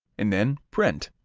and then print.